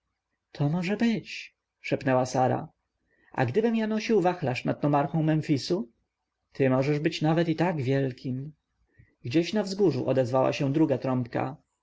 to może być szepnęła sara a gdybym ja nosił wachlarz nad nomarchą memfisu ty możesz być nawet i tak wielkim gdzieś na wzgórzu odezwała się druga trąbka